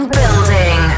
building